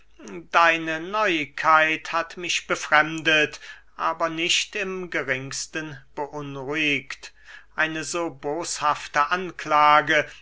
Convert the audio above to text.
deine neuigkeit hat mich befremdet aber nicht im geringsten beunruhigt eine so boshafte anklage